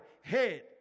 head